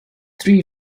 three